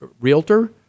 realtor